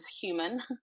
human